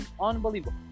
unbelievable